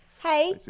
hey